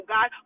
God